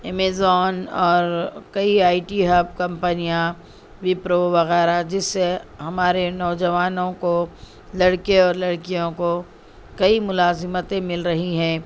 Amazon اور کئی I T hub کمپنیاں وپرو وغیرہ جس سے ہمارے نوجوانوں کو لڑکے اور لڑکیوں کو کئی ملازمتیں مل رہی ہیں